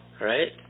right